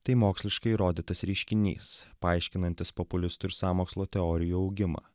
tai moksliškai įrodytas reiškinys paaiškinantis populistų ir sąmokslo teorijų augimą